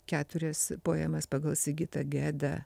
keturias poemas pagal sigitą gedą